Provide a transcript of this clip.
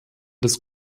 des